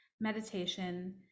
meditation